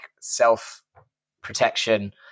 self-protection